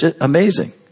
Amazing